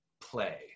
play